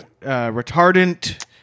retardant